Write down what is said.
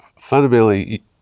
Fundamentally